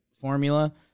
formula